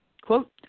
Quote